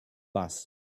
bus